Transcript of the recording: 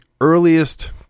earliest